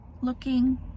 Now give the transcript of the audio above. looking